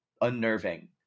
unnerving